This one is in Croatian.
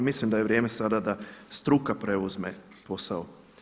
Mislim da je vrijeme sada da struka preuzme posao.